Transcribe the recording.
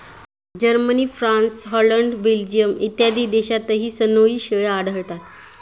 Germany, France, Holland, Belgium इत्यादी देशांतही सनोई शेळ्या आढळतात